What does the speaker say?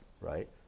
right